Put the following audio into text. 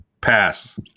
Pass